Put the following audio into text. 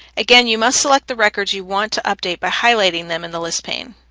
again, you must select the records you want to update by highlighting them in the list pane.